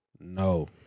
No